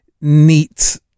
neat